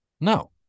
No